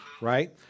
right